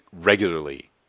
regularly